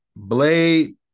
Blade